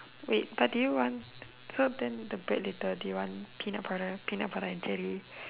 wait but did you run so then the bread later did you run peanut butter peanut butter and jelly